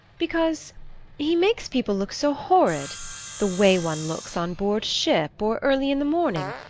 because he makes people look so horrid the way one looks on board ship, or early in the morning,